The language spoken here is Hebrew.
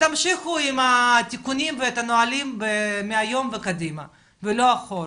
ותמשיכו עם התיקונים והנהלים מהיום וקדימה ולא אחורה.